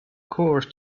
course